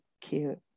cute